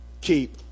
Keep